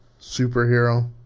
superhero